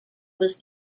was